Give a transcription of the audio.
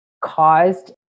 caused